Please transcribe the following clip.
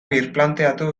birplanteatu